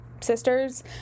sisters